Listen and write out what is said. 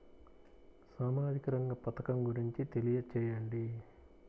సామాజిక రంగ పథకం గురించి తెలియచేయండి?